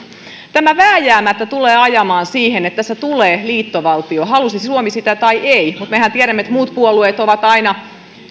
tämä vääjäämättä tulee ajamaan siihen että tässä tulee liittovaltio halusi suomi sitä tai ei mutta mehän tiedämme että muut puolueet ovat aina